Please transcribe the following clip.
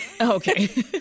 Okay